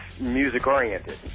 music-oriented